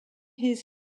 his